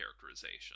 characterization